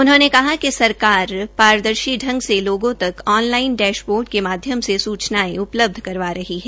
उन्होंने कहा कि सरकार पारदर्शी ढंग से लोगों तक ऑनलाईन डैशबोर्ड को माध्यम से सूचनाएं उपलब्ध करवा रही है